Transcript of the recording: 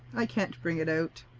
i can't bring it out.